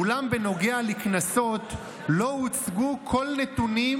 אולם בנוגע לקנסות לא הוצגו כל נתונים